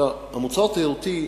המוצר התיירותי,